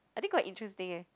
I think quite interesting eh